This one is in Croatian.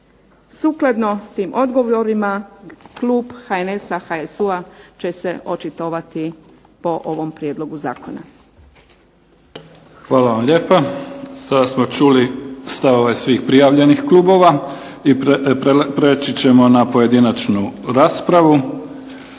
Sukladno tim odgovorima klub HNS-a, HSU-a će se očitovati po ovom prijedlogu zakona. **Mimica, Neven (SDP)** Hvala vam lijepa. Sada smo čuli stavove svih prijavljenih klubova, i prijeći ćemo na pojedinačnu raspravu.